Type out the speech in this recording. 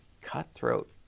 cutthroat